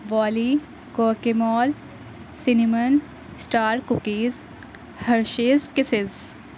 والی کوکیمال cinnamon star cookies Hershey's cases